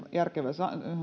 järkevää